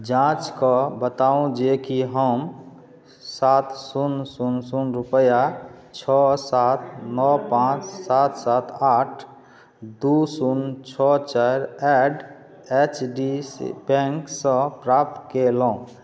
जाँचि कऽ बताउ जे कि हम सात शून्य शून्य शून्य रुपैआ छओ सात नओ पाँच सात सात आठ दुइ शून्य छओ चारि एट एच डी सी बैँकसँ प्राप्त कएलहुँ